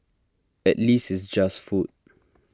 at least it's just food